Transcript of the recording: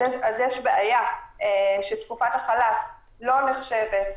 יש בעיה, שתקופת החל"ת לא נחשבת,